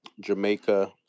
Jamaica